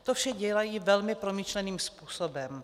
To vše dělají velmi promyšleným způsobem.